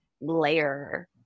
layer